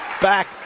back